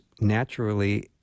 naturally